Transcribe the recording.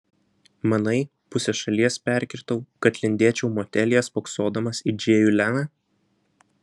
manai pusę šalies perkirtau kad lindėčiau motelyje spoksodamas į džėjų leną